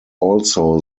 also